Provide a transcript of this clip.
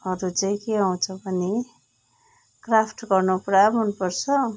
अरू चाहिँ के आउँछ भने क्राफ्ट गर्नु पुरा मनपर्छ